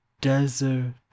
desert